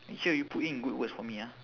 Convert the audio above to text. make sure you put in good words for me ah